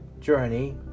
journey